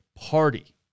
party